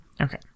Okay